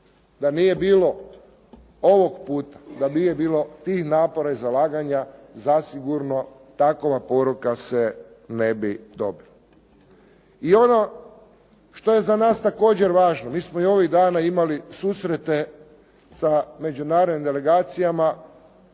Da nije bilo ovog puta, da nije bilo tih napora i zalaganja zasigurno takova poruka se ne bi dobila. I ono što je za nas također važno. Mi smo i ovih dana imali susrete sa međunarodnim delegacijama